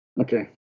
Okay